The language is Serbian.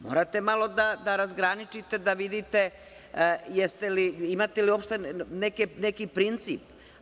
Morate malo da razgraničite i da vidite da li uopšte imate neki princip.